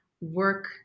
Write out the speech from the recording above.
work